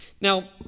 Now